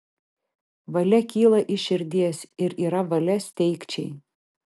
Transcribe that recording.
valia kyla iš širdies ir yra valia steigčiai